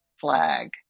flag